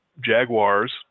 Jaguars –